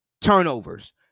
turnovers